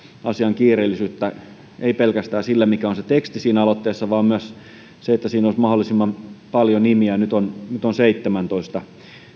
asian kiireellisyyttä ei pelkästään sillä mikä on se teksti siinä aloitteessa myös sillä että siinä olisi mahdollisimman paljon nimiä nyt on nyt on seitsemäntoista